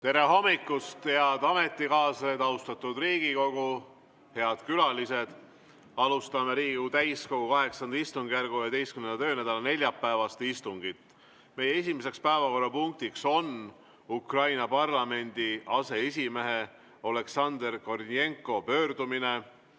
Tere hommikust, head ametikaaslased, austatud Riigikogu, head külalised! Alustame Riigikogu täiskogu VIII istungjärgu 11. töönädala neljapäevast istungit. Meie esimene päevakorrapunkt on Ukraina parlamendi aseesimehe Oleksandr Kornijenko pöördumine. Austatud